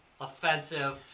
offensive